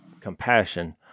compassion